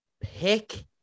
Pick